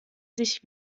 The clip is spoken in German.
sich